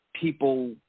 people